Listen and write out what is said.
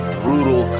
brutal